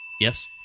Yes